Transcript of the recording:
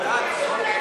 להעביר את הצעת חוק המכר